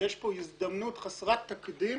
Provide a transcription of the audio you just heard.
יש פה הזדמנות חסרת תקדים